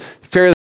fairly